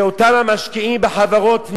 שאותם המשקיעים בחברות נפט,